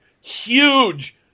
Huge